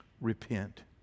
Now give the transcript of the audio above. Repent